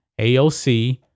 AOC